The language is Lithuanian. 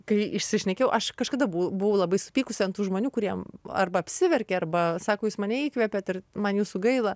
kai išsišnekėjau aš kažkada buvau buvau labai supykusi ant tų žmonių kuriem arba apsiverkia arba sako jūs mane įkvepiat ir man jūsų gaila